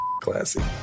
classy